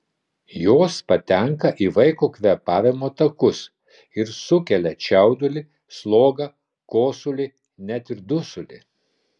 jos patenka į vaiko kvėpavimo takus ir sukelia čiaudulį slogą kosulį net ir dusulį